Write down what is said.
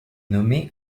nommé